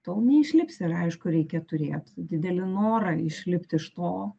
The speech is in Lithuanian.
tol neišlipsi ir aišku reikia turėt didelį norą išlipt iš to